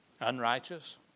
unrighteous